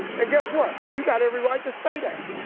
and guess what, you got every right to say that.